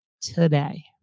today